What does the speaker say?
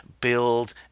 build